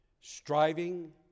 striving